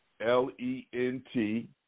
L-E-N-T